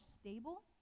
stable